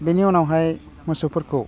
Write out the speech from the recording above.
बेनि उनावहाय मोसौफोरखौ